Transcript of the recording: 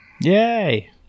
Yay